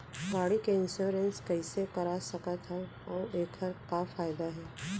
गाड़ी के इन्श्योरेन्स कइसे करा सकत हवं अऊ एखर का फायदा हे?